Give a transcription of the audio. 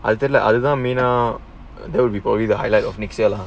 I then like other I mean that would be probably the highlight of next year lah